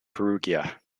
perugia